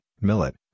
millet